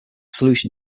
solution